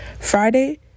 Friday